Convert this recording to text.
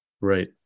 Right